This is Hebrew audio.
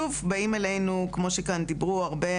באים אלינו כמו שכאן דיברו הרבה,